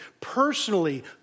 personally